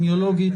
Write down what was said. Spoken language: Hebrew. האפידמיולוגית?